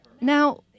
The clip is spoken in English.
now